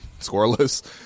scoreless